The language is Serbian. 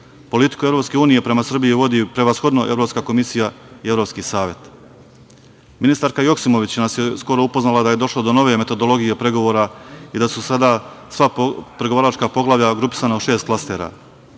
Politiku EU, prema Srbiji vodi prevashodno Evropska komisija i Evropski savet. Ministarka Joksimović nas je skoro upoznala da je došlo do nove metodologije pregovora i da su sada sva pregovaračka poglavlja grupisana u šest klasera.